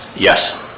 yes.